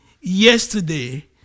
yesterday